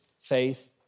faith